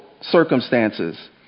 circumstances